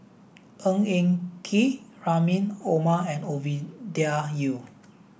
Ng Eng Kee Rahim Omar and Ovidia Yu